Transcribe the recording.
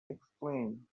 explain